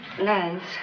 Lance